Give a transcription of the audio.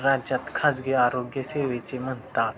राज्यात खाजगी आरोग्य सेवेची म्हणतात